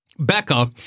Becca